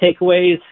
takeaways